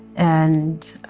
and